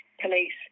police